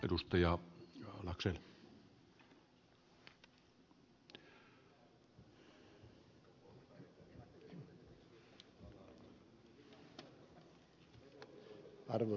arvoisa herra puhemies